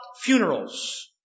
funerals